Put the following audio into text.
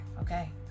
Okay